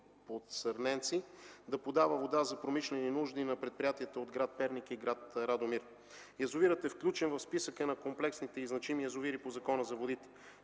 Поцърненци, да подава вода за промишлени нужди на предприятията от град Перник и град Радомир. Язовирът е включен в списъка на комплексните и значими язовири по Закона за водите.